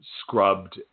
scrubbed